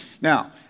Now